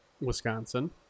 Wisconsin